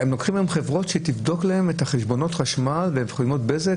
הם לוקחים היום חברות שיבדקו להם את חשבונות החשמל וחשבונות בזק,